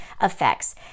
effects